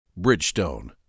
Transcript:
Bridgestone